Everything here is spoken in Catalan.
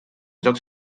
llocs